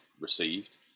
received